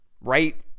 right